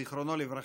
זיכרונו לברכה.